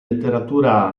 letteratura